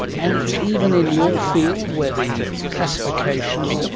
and it's even in your field where the classification,